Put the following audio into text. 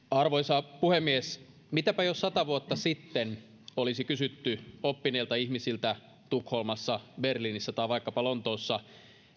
arvoisa puhemies mitäpä jos sata vuotta sitten olisi kysytty oppineilta ihmisiltä tukholmassa berliinissä tai vaikkapa lontoossa